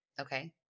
Okay